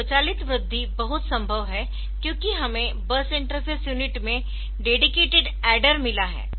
यह स्वचालित वृद्धि बहुत संभव है क्योंकि हमें बस इंटरफ़ेस यूनिट में डेडिकेटेड ऐडर मिला है